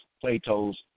Plato's